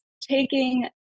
taking